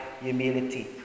humility